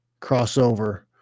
crossover